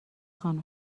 خانم